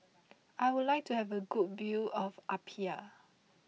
I would like to have a good view of Apia